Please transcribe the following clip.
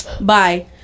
bye